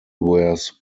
wears